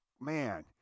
man